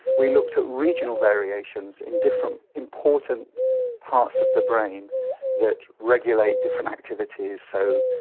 we looked at regional variations in different important parts of the brain that regulate different activities. so,